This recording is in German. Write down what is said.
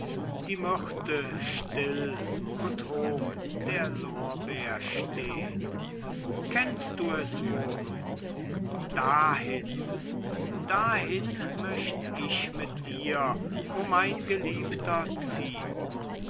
die myrte still und hoch der lorbeer steht kennst du es wohl dahin dahin möcht ich mit dir o mein geliebter ziehn